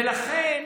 ולכן